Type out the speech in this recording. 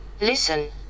Listen